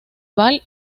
val